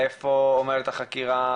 איפה עומדת החקירה,